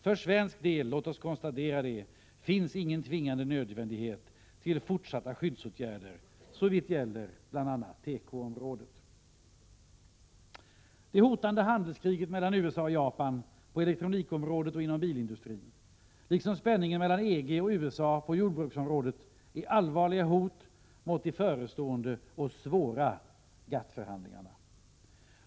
För svensk del, låt oss konstatera det, finns ingen tvingande nödvändighet till fortsatta skyddsåtgärder såvitt gäller bl.a. tekoområdet. Det hotande handelskriget mellan USA och Japan på elektronikområdet och inom bilindustrin, liksom spänningen mellan EG och USA på jordbruksområdet är allvarliga hot mot de förestående och svåra GATT-förhandlingarna.